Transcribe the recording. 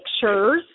pictures